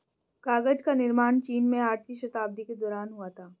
कागज का निर्माण चीन में आठवीं शताब्दी के दौरान हुआ था